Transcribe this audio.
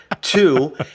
Two